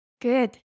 Good